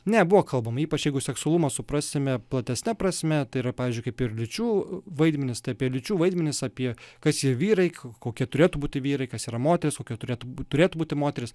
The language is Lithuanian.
ne buvo kalbama ypač jeigu seksualumą suprasime platesne prasme tai yra pavyzdžiui kaip ir lyčių vaidmenis tai apie lyčių vaidmenis apie kas jie vyrai kokie turėtų būti vyrai kas yra moteris kokia turėtų būti turėtų būti moteris